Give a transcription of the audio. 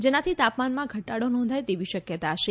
જેનાથી તાપમાનમાં ઘટાડો નોંધા ય તેવી શકયતા છે